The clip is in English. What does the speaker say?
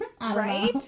right